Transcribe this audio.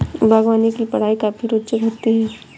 बागवानी की पढ़ाई काफी रोचक होती है